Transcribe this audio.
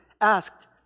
asked